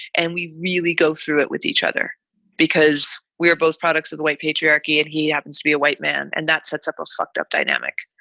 and we really go through it with each other because we are both products of the white patriarchy. and he happens to be a white man and that sets up a fucked up dynamic.